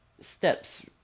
steps